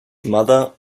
mother